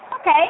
Okay